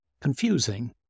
confusing